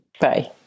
Bye